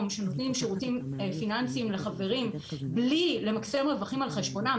שנותנים שירותים פיננסיים לחברים בלי למקסם רווחים על חשבונם,